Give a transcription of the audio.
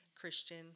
Christian